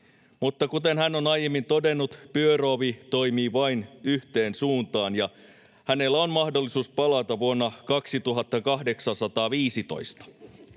mutta kuten hän on aiemmin todennut, pyöröovi toimii vain yhteen suuntaan, ja hänellä on mahdollisuus palata vuonna 2815.